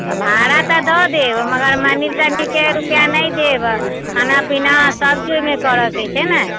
तऽ भाड़ा तऽ दऽ देब मगर मंदिर तंदिरके रूपैआ नहि देब खाना पीना सब चीज ओहिमे करऽके छै ने